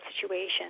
situation